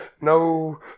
No